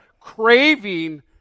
craving